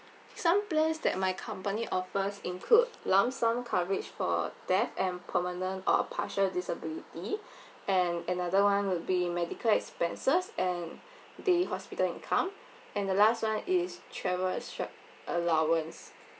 some plans that my company offers include lump sum coverage for theft and permanent or partial disability and another [one] would be medical expenses and the hospital income and the last [one] is travel extra allowance